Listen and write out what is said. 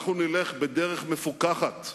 אנחנו נלך בדרך מפוכחת,